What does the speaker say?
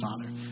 Father